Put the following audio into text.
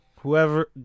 whoever